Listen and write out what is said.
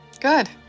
Good